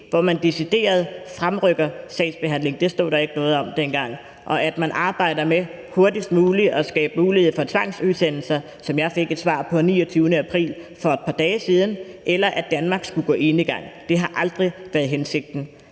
hvor man decideret fremrykker sagsbehandling; det stod der ikke noget om dengang. At man arbejder med hurtigst muligt at skabe mulighed for tvangsudsendelser, som jeg fik et svar om den 29. april for et par dage siden, eller at Danmark skulle gå enegang, har aldrig været hensigten.